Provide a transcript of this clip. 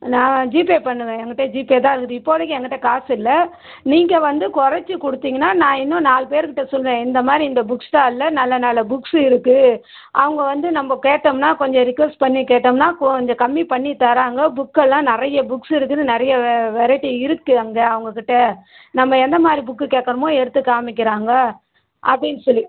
நான் ஜிபே பண்ணுவேன் என்கிட்ட ஜிபே தான் இருக்குது இப்போதைக்கி என்கிட்ட காசு இல்லை நீங்கள் வந்து குறச்சி கொடுத்தீங்கன்னா நான் இன்னும் நாலு பேர் கிட்ட சொல்லுவேன் இந்த மாதிரி இந்த புக் ஸ்டாலில் நல்ல நல்ல புக்ஸு இருக்கு அவங்க வந்து நம்ப கேட்டோம்னா கொஞ்சம் ரிக்வெஸ்ட் பண்ணி கேட்டோம்னா கொஞ்சம் கம்மி பண்ணித் தர்றோங்க புக்கெல்லாம் நிறையா புக்ஸ் இருக்குது நிறையா வே வெரைட்டி இருக்கு அங்கே அவங்க கிட்ட நம்ம எந்த மாதிரி புக்கு கேட்குறோமோ எடுத்துக் காமிக்கிறாங்க அப்படின்னு சொல்லி